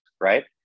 right